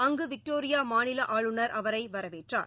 அங்குவிக்டோரியாமாநிலஆளுநர் அவரைவரவேற்றார்